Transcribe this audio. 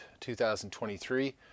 2023